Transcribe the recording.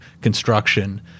construction